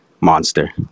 monster